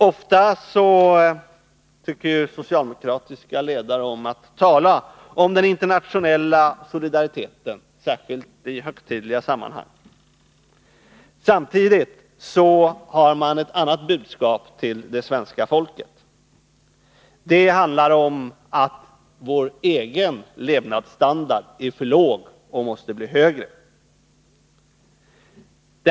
Ofta tycker socialdemokratiska ledare om att tala om den internationella solidariteten, särskilt i högtidliga sammanhang. Samtidigt har man ett annat budskap till det svenska folket. Det handlar om att vår egen levnadsstandard är för låg och måste bli högre.